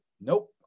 nope